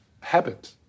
habit